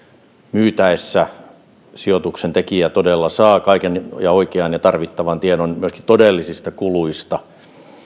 myytäessä sijoituksen tekijä todella saa kaiken ja oikean ja tarvittavan tiedon myöskin todellisista kuluista